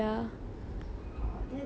!aww! that's so nice